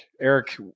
Eric